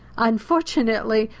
unfortunately,